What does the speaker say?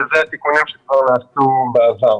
וזה התיקונים שכבר נעשו בעבר.